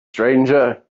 stranger